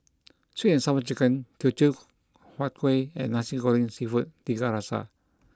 Sweet and Sour Chicken Teochew Huat Kueh and Nasi Goreng Seafood Tiga Rasa